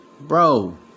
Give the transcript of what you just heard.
bro